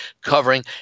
covering